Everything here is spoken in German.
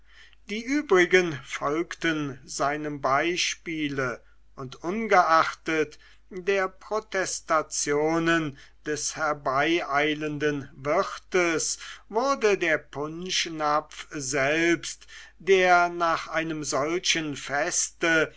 die übrigen folgten seinem beispiele und ungeachtet der protestationen des herbeieilenden wirtes wurde der punschnapf selbst der nach einem solchen feste